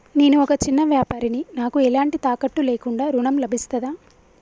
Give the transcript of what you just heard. నేను ఒక చిన్న వ్యాపారిని నాకు ఎలాంటి తాకట్టు లేకుండా ఋణం లభిస్తదా?